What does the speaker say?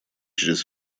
чрез